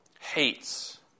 hates